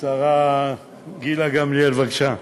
השרה גילה גמליאל, בבקשה.